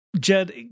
Jed